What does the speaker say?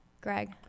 Greg